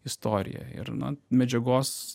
istorija ir na medžiagos